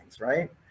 right